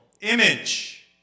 image